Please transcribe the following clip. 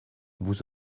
vous